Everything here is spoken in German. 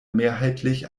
mehrheitlich